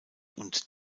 und